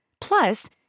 Plus